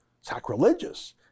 sacrilegious